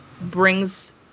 brings